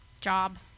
job